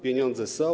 Pieniądze są.